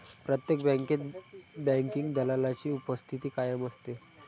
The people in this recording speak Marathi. प्रत्येक बँकेत बँकिंग दलालाची उपस्थिती कायम असते